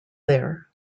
there